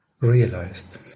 realized